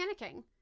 panicking